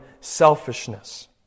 selfishness